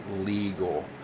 legal